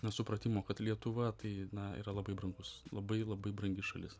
na supratimo kad lietuva tai na yra labai brangus labai labai brangi šalis